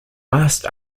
last